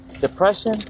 depression